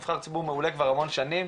הוא נבחר ציבור מעולה כבר המון שנים,